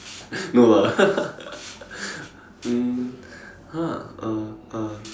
no lah um !huh! uh uh